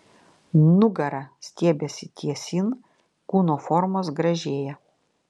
nugara stiebiasi tiesyn kūno formos gražėja